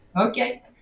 okay